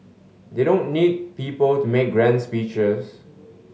they don't need people to make grand speeches